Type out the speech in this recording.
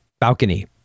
balcony